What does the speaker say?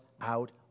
out